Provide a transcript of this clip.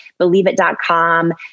believeit.com